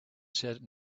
said